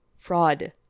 fraud